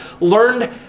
learned